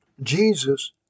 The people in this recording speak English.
Jesus